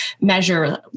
measure